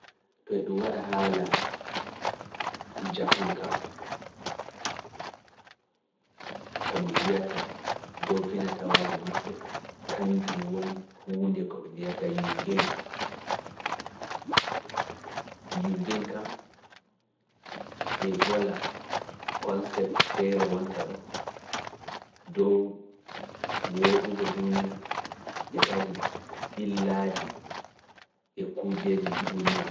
Toye ɗum waɗa haala japan kam, ko mi wiyata dow finatawaaji maɓɓe, kanjum woni huunde ko ɗon dow woodugo duuniya e kadi ɓillaaji e kujeeji duuniya kawritaa.